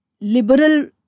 liberal